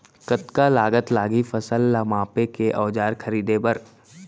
कतका लागत लागही फसल ला मापे के औज़ार खरीदे बर?